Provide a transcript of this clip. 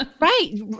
Right